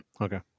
Okay